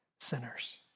sinners